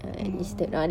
oh